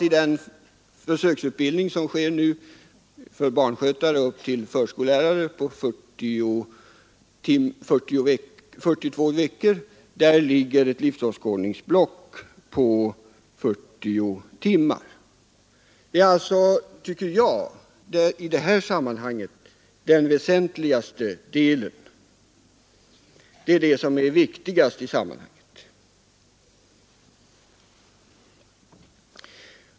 I den försöksutbildning på 42 veckor som nu ges barnskötare upp till förskollärare ligger ett livsåskådningsblock på 40 timmar. Det är, tycker jag, den väsentligaste delen i detta sammanhang.